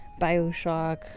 Bioshock